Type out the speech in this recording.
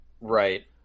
Right